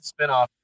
spinoff